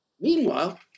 Meanwhile